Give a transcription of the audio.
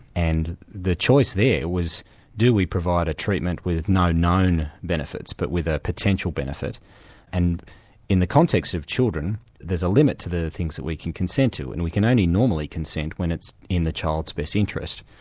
and the choice there was do we provide a treatment with no known benefits, but with a potential benefit and in the context of children, there's a limit to the thing that we can consent to, and we can only normally consent when it's in the child's best interest.